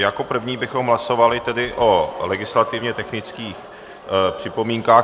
Jako první bychom hlasovali tedy o legislativně technických připomínkách.